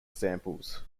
examples